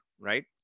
right